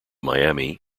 miami